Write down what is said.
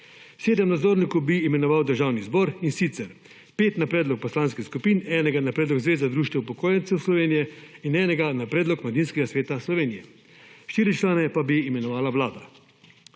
7 nadzornikov bi imenoval državni zbor, in sicer 5 na predlog poslanskih skupin, 1 na predlog Zveze društev upokojencev Slovenije in enega na predlog Mladinskega sveta Slovenije, 4 člane pa bi imenovala vlada.